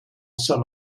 sum